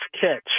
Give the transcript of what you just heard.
catch